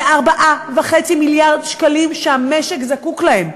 זה 4.5 מיליארד שקלים שהמשק זקוק להם.